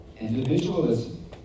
individualism